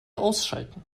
ausschalten